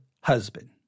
husband